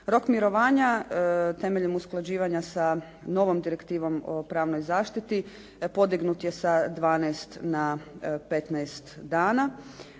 Rok mirovanja temeljem usklađivanja sa novom Direktivom o pravnoj zaštiti podignut je sa 12 na 15 dana.